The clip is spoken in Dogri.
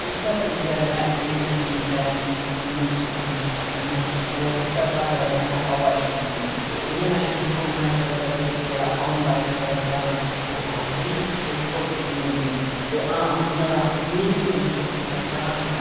उस्सै तरीके कन्नै एह् उंगली लैनी इयां चुक्कनी इयां मतलब उस्सै स्हाबै कन्नै ओह् हवा छोड़नी ते इयै नेह् इंस्ट्रूमैंटल दे बिच्च जेहड़ा आऊं लाइक करदा ऐ ओह् बांसुरी ते ढोलकी होंदी ते हां इयां तां बीन बी होंदी ऐ जियां ब्याएं च